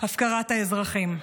הפקרת האזרחים.